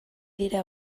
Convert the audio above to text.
dira